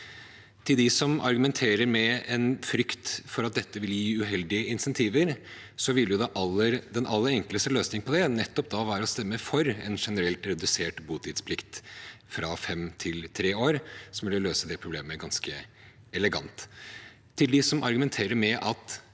Til dem som argumenterer med en frykt for at dette vil gi uheldige insentiver: Den aller enkleste løsning på det vil nettopp være å stemme for en generell redusert botidsplikt fra fem til tre år. Det ville løse det problemet ganske elegant. Til dem som argumenterer med at